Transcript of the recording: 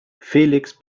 felix